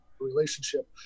relationship